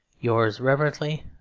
yours reverently,